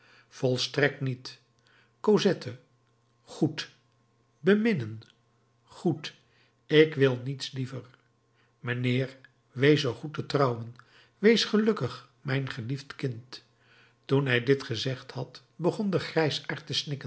volstrekt niet cosette goed beminnen goed ik wil niets liever mijnheer wees zoo goed te trouwen wees gelukkig mijn geliefd kind toen hij dit gezegd had begon de